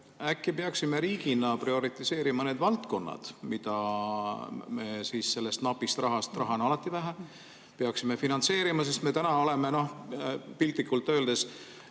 äkki peaksime riigina prioritiseerima need valdkonnad, mida me sellest napist rahast – raha on alati vähe – peaksime finantseerima, sest me täna oleme piltlikult öeldes